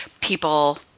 people